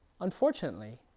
unfortunately